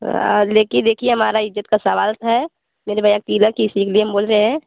लेकिन देखिये हमारा इज्ज़त का सवाल है मेरे भैया का तिलक है इसी के लिए हम बोल रहे हैं